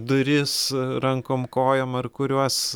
duris rankom kojom ar kuriuos